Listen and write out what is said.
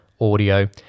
audio